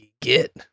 get